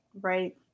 Right